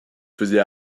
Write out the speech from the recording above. faisait